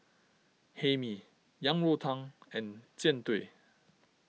Hae Mee Yang Rou Tang and Jian Dui